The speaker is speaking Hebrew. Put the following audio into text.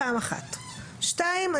שניים.